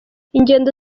ingendo